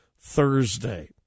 Thursday